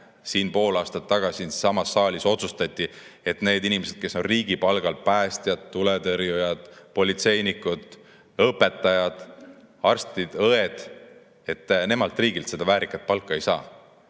saalis pool aastat tagasi otsustati, et need inimesed, kes on riigi palgal – päästjad, tuletõrjujad, politseinikud, õpetajad, arstid-õed –, riigilt seda väärikat palka ei saa.